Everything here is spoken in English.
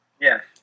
Yes